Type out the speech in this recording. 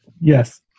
yes